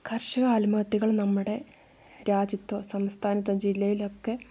കർഷക ആത്മഹത്യകൾ നമ്മടെ രാജ്യത്തോ സംസ്ഥാനത്തോ ജില്ലയിലൊക്കെ